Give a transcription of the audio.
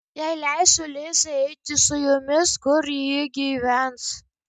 jei leisiu lizai eiti su jumis kur ji gyvens